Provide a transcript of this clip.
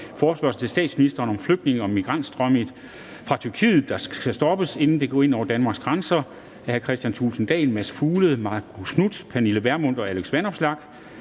Forespørgsel til statsministeren om at flygtninge- og migrantstrømmen fra Tyrkiet stoppes, inden den når ind over Danmarks grænser. Af Kristian Thulesen Dahl (DF), Mads Fuglede (V), Marcus Knuth (KF), Pernille Vermund (NB) og Alex Vanopslagh